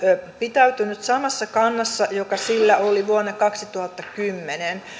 pitäytynyt samassa kannassa joka sillä oli vuonna kaksituhattakymmenen